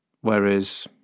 Whereas